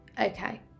okay